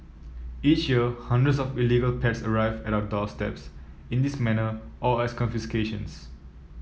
each year hundreds of illegal pets arrive at our doorsteps in this manner or as confiscations